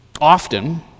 Often